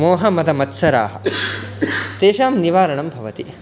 मोहमदमत्सराः तेषां निवारणं भवति